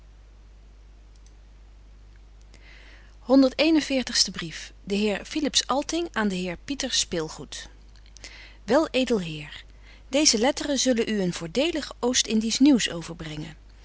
veertigste brief de heer philips alting aan den heer pieter spilgoed wel edel heer deeze letteren zullen u een voordelig oost indiesch nieuws overbrengen